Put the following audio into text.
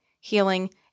healing